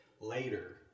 later